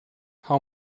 how